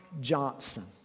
Johnson